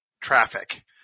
traffic